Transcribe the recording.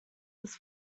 this